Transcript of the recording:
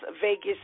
Vegas